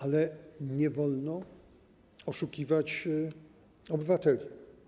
Ale nie wolno oszukiwać obywateli.